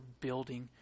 building